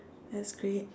that's great